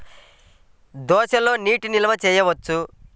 దోసలో నీటి నిల్వ చేయవచ్చా?